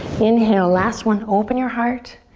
inhale, last one, open your heart,